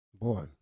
boy